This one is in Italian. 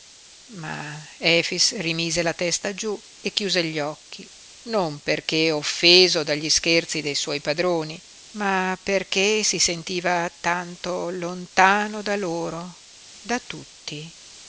ragazzo ma efix rimise la testa giú e chiuse gli occhi non perché offeso dagli scherzi dei suoi padroni ma perché si sentiva tanto lontano da loro da tutti